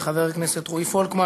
לחבר הכנסת רועי פולקמן,